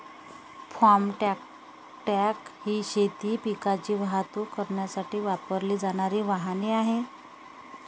form truck ही शेती पिकांची वाहतूक करण्यासाठी वापरली जाणारी वाहने आहेत